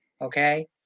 Okay